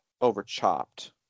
over-chopped